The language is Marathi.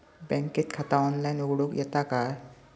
बँकेत खाता ऑनलाइन उघडूक येता काय?